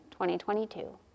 2022